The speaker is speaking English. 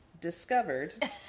discovered